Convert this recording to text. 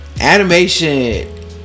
animation